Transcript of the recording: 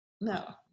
no